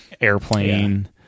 airplane